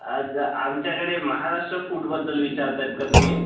आज आमच्याकडे महाराष्ट्र फूडबद्दल विचारतायत का तुम्ही